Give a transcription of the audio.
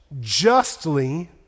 justly